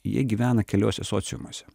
jie gyvena keliuose sociumuose